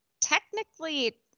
technically